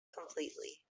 completely